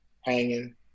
hanging